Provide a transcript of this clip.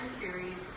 series